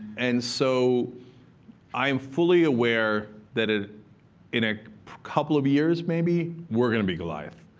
and so i am fully aware that ah in a couple of years maybe, we're going to be goliath.